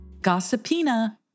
Gossipina